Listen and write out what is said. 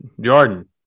Jordan